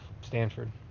Stanford